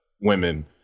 women